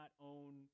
own